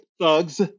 thugs